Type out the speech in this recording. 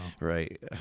Right